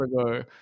ago